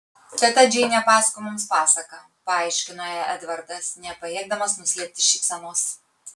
teta džeinė pasakoja mums pasaką paaiškino jai edvardas nepajėgdamas nuslėpti šypsenos